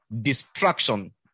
destruction